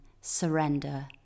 surrender